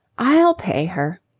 i'll pay her.